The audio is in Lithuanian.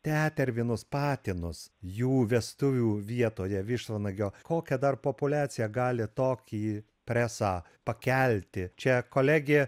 tetervinus patinus jų vestuvių vietoje vištvanagio kokia dar populiacija gali tokį presą pakelti čia kolegė